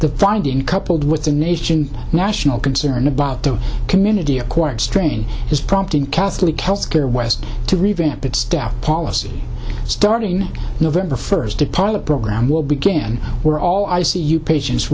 the finding coupled with the nation national concern about the community acquired strain is prompting catholic health care west to revamp its staff policy starting november first to pilot program will begin we're all i c u patients